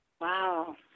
Wow